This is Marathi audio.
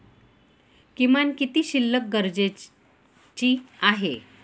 किमान किती शिल्लक गरजेची आहे?